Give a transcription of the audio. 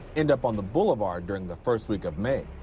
end up on the bouvelard during the first week of may.